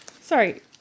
Sorry